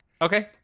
Okay